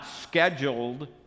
scheduled